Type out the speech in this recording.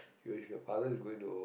your your father is going to